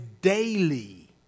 daily